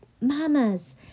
mamas